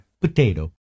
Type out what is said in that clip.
Potato